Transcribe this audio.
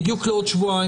בדיוק לעוד שבועיים.